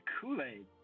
Kool-Aid